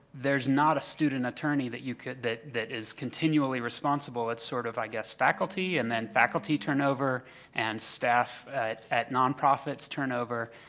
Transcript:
there's not a student attorney that you could that that is continually responsible at sort of i guess faculty and then faculty turnover and staff at at nonprofits turnover.